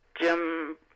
Jim